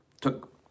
Took